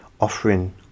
offering